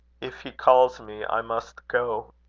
if he calls me, i must go.